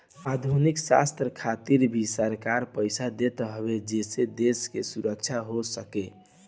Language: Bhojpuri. आधुनिक शस्त्र खातिर भी सरकार पईसा देत हवे जेसे देश के रक्षा हो सके